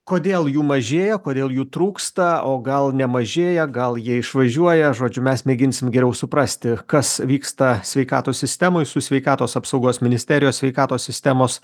kodėl jų mažėja kodėl jų trūksta o gal nemažėja gal jie išvažiuoja žodžiu mes mėginsim geriau suprasti kas vyksta sveikatos sistemoj su sveikatos apsaugos ministerijos sveikatos sistemos